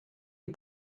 die